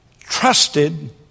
trusted